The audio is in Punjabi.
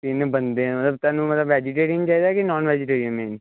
ਤਿੰਨ ਬੰਦੇ ਮਤਲਬ ਤੈਨੂੰ ਮਤਲਬ ਵੈਜੀਟੇਰੀਅਨ ਚਾਹੀਦਾ ਕਿ ਨੋਨ ਵੈਜੀਟੇਰੀਅਨ ਨੇ ਜੀ